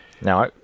now